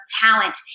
talent